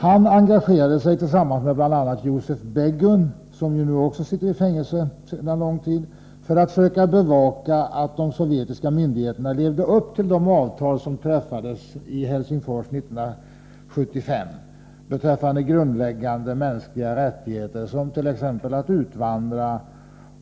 Han engagerade sig tillsammans med bl.a. Josef Begun, som också sitter i fängelse sedan lång tid, för att försöka bevaka att de sovjetiska myndigheterna levde upp till de avtal som träffades i Helsingfors 1975 beträffande grundläggande mänskliga rättigheter, t.ex. rätten till utvandring